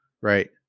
Right